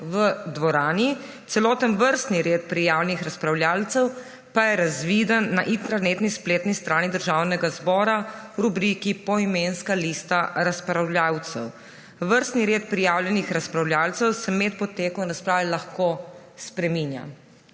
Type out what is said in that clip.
v dvorani. Celoten vrstni red prijavljenih razpravljavcev pa je razviden na intranetni spletni strani Državnega zbora v rubriki Poimenska lista razpravljavcev. Vrstni red prijavljenih razpravljavcev se med potekom razprave lahko spreminja.